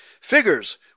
figures